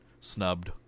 snubbed